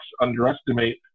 underestimate